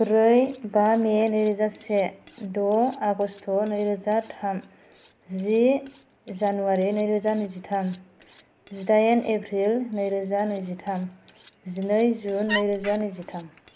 ब्रै बा मे नैरोजा से द' आगष्ट नैजोजा थाम जि जानुवारि नैरोजा नैजिथाम जिदाइन एप्रिल नैरोजा नैजिथाम जिनै जुन नैरोजा नैजिथाम